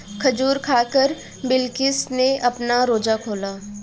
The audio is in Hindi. खजूर खाकर बिलकिश ने अपना रोजा खोला